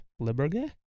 Liberge